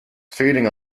feeding